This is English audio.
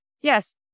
yes